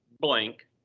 blank